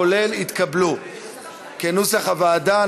כולל, התקבלו כנוסח הוועדה.